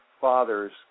fathers